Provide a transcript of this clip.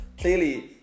clearly